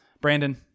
Brandon